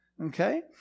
Okay